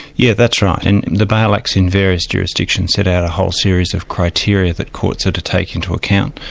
yeah that's right. and the bail acts in various jurisdictions set out a whole series of criteria that courts have ah to take into account.